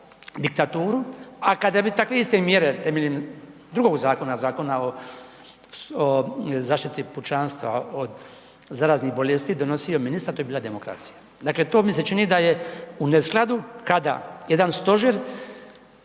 a kada bi takve iste mjere temeljem drugog zakona, Zakona o, o zaštiti pučanstva od zaraznih bolesti donosio ministar, to bi bila demokracija. Dakle, to mi se čini da je u neskladu kada jedan stožer